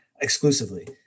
exclusively